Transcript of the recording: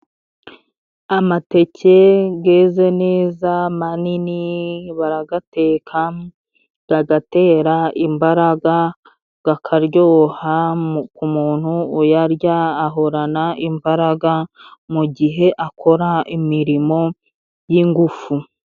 Amateke geze neza manini baragateka gagatera imbaraga, kakaryoha. Ku muntu uyarya, ahorana imbaraga mu gihe akora imirimo y'ingufu.